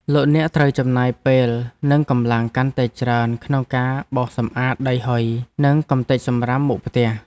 លោកអ្នកត្រូវចំណាយពេលនិងកម្លាំងកាន់តែច្រើនក្នុងការបោសសម្អាតដីហុយនិងកម្ទេចសំរាមមុខផ្ទះ។